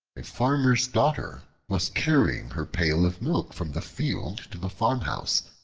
a farmer's daughter was carrying her pail of milk from the field to the farmhouse,